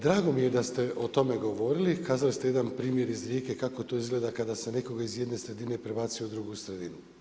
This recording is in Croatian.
Drago mi je da ste o tome govorili, kazali ste jedan primjer iz Rijeke kako to izgleda kako se nekoga iz jedne razine prebaci u drugu sredinu.